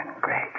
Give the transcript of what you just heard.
Greg